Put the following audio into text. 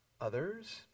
others